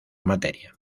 materia